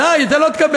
בוודאי, את זה לא תקבל.